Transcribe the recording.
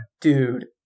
dude